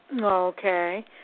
Okay